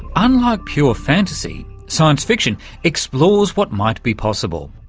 unlike pure fantasy, science fiction explores what might be possible.